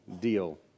deal